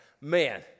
Man